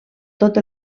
tot